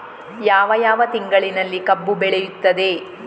ಯಾವ ಯಾವ ತಿಂಗಳಿನಲ್ಲಿ ಕಬ್ಬು ಬೆಳೆಯುತ್ತದೆ?